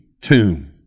tomb